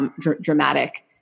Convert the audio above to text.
dramatic